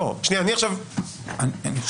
אני חושב שכן.